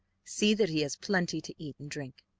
see that he has plenty to eat and drink,